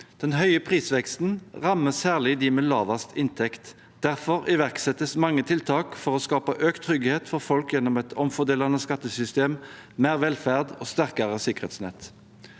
Den høye prisveksten rammer særlig dem med lavest inntekt. Derfor iverksettes mange tiltak for å skape økt trygghet for folk gjennom et omfordelende skattesystem, mer velferd og sterkere sikkerhetsnett.